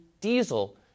diesel